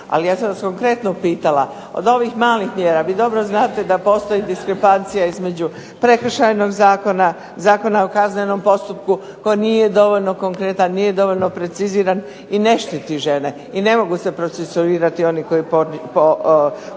ali ja sam vas konkretno pitala, od ovih malih dijela, vi dobro znate da postoji diskrepancija između Prekršajnog zakona, Zakona o kaznenom postupku koji nije dovoljno konkretan, nije dovoljan preciziran i ne štiti žene i ne mogu se procesuirati oni koji su